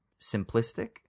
simplistic